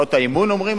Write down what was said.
הצעות "האמון" אומרים,